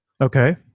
okay